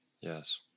Yes